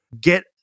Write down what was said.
Get